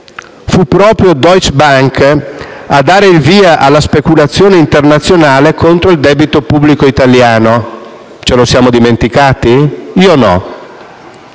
fu proprio Deutsche Bank a dare il via alla speculazione internazionale contro il debito pubblico italiano. Ce lo siamo dimenticati? Io no.